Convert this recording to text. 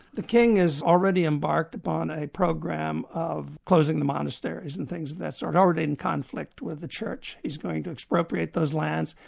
the king is already embarked upon a program of closing the monasteries and things of that sort already in conflict with the church, he's going to expropriate those lands,